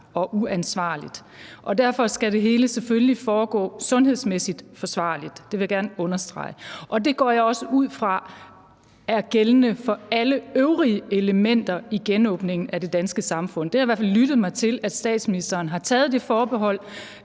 og uansvarligt, og derfor skal det hele selvfølgelig foregå sundhedsmæssigt forsvarligt. Det vil jeg gerne understrege. Det går jeg også ud fra er gældende for alle øvrige elementer i genåbningen af det danske samfund. Det har jeg i hvert fald lyttet mig til, altså at statsministeren har taget det forbehold,